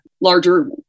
larger